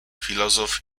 filozof